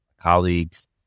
colleagues